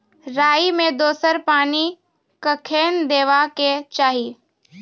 राई मे दोसर पानी कखेन देबा के चाहि?